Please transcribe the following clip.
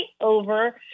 over